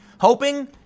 hoping